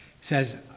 says